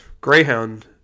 Greyhound